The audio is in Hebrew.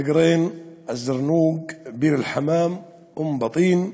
אל-גרין, אל-זרנוג, ביר-אל-חמאם, אום-בטין,